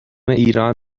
ایران